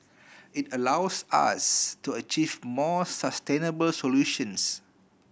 it allows us to achieve more sustainable solutions